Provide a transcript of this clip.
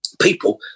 people